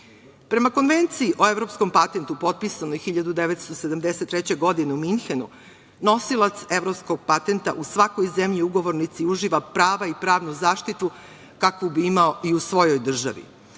Konvenciji o evropskom patentu, potpisanoj 1973. godine u Minhenu, nosilac evropskog patenta u svakoj zemlji ugovornici uživa prava i pravnu zaštitu kakvu bi imao i u svojoj državi.